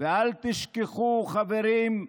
אל תשכחו, חברים,